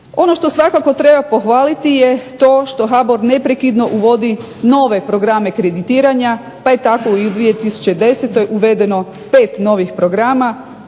Ono što svakako treba pohvaliti je to što HBOR neprekidno uvodi nove programe kreditiranja, pa je tako u 2010. godini uvedeno 5 novih programa